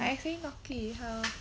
I accidentally knock it how